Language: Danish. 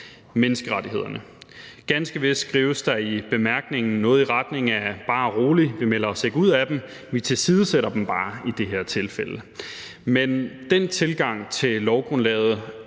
menneskerettighederne. Ganske vist skrives der i bemærkningen noget i retning af, at bare rolig, vi melder os ikke ud af dem, vi tilsidesætter dem bare i det her tilfælde. Men med den tilgang til lovgrundlaget